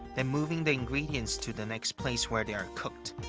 then moving the ingredients to the next place where they are cooked,